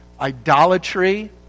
idolatry